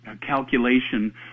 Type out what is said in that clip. calculation